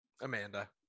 Amanda